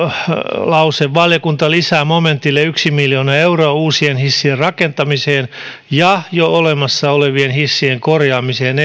lause valiokunta lisää momentille miljoona euroa uusien hissien rakentamiseen ja jo olemassa olevien hissien korjaamiseen